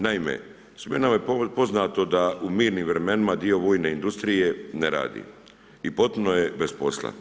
Naime, svima nam je poznato da u mirnim vremenima dio vojne industrije ne radi i potpuno je bez posla.